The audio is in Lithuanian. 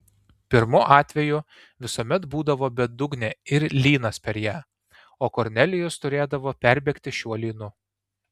pirmu atveju visuomet būdavo bedugnė ir lynas per ją o kornelijus turėdavo perbėgti šiuo lynu